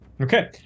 Okay